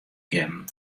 kinnen